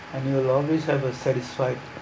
and you will always have a satisfied